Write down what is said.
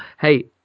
Hey